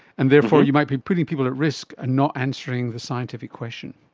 and therefore you might be putting people at risk and not answering the scientific question.